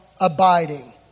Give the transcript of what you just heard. abiding